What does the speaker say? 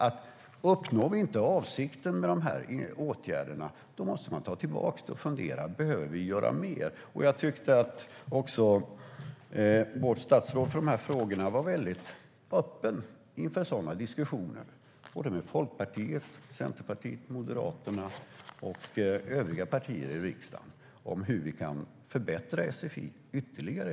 Om vi inte uppnår avsikten med åtgärderna måste vi fundera över om vi måste göra mer. Jag tyckte att vårt statsråd i dessa frågor var öppen för diskussioner med Folkpartiet, Centerpartiet, Moderaterna och övriga partier i riksdagen om hur vi kan förbättra sfi ytterligare.